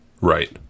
right